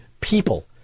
people